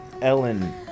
Ellen